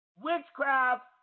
Witchcraft